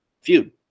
feud